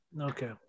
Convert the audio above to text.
Okay